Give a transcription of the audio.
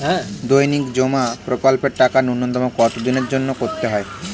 দৈনিক জমা প্রকল্পের টাকা নূন্যতম কত দিনের জন্য করতে হয়?